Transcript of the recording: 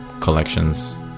collections